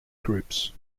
groups